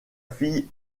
fille